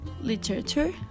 literature